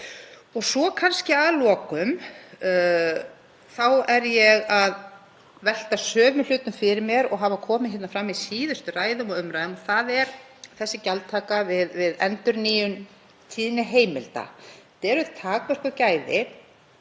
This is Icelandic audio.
en þörf krefur. Að lokum er ég að velta sömu hlutum fyrir mér og hafa komið hérna fram í síðustu ræðum og umræðum en það er gjaldtakan við endurnýjun tíðniheimilda. Þetta eru takmörkuð gæði.